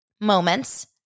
moments